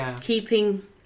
keeping